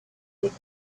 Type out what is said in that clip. would